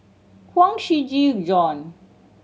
Huang Shiqi Joan